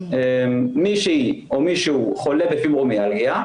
מישהו או מישהו חולה בפיברומיאלגיה,